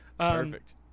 Perfect